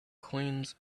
coins